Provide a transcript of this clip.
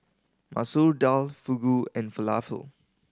Masoor Dal Fugu and Falafel